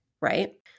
right